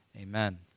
Amen